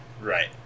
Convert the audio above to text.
Right